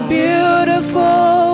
beautiful